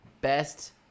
best